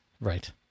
Right